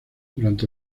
durante